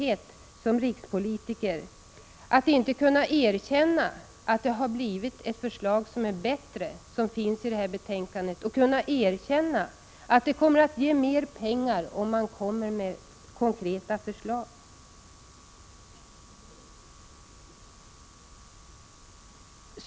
1986/87:128 = rikspolitikers värdighet att inte kunna erkänna att ett förslag i en ut skottsskrivning kan vara bättre och kommer att ge mer pengar, om konkreta förslag läggs fram.